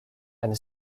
and